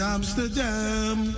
Amsterdam